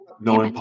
No